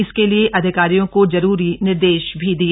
इसके लिए अधिकारियों को जरूरी निर्देश भी दिए